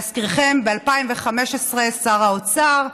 להזכירכם ב-2015 שר האוצר,